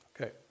okay